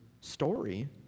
story